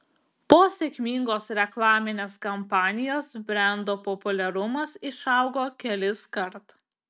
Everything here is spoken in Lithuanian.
po sėkmingos reklaminės kampanijos brendo populiarumas išaugo keliskart